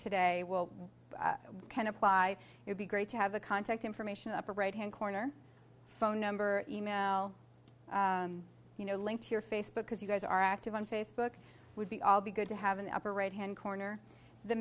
today well you can apply it be great to have the contact information upper right hand corner phone number e mail you know linked to your facebook because you guys are active on facebook would be all be good to have an upper right hand corner the